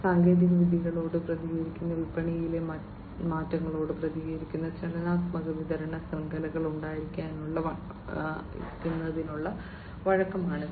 സാങ്കേതിക വിദ്യകളോട് പ്രതികരിക്കുന്ന വിപണിയിലെ മാറ്റങ്ങളോട് പ്രതികരിക്കുന്ന ചലനാത്മക വിതരണ ശൃംഖലകൾ ഉണ്ടായിരിക്കുന്നതിനുള്ള വഴക്കമാണിത്